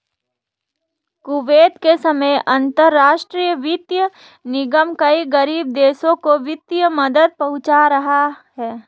Kuwait के समय अंतरराष्ट्रीय वित्त निगम कई गरीब देशों को वित्तीय मदद पहुंचा रहा है